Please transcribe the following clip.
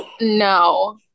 no